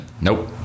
Nope